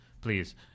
Please